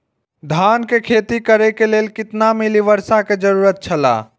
धान के खेती करे के लेल कितना मिली वर्षा के जरूरत छला?